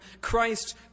Christ